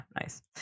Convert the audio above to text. nice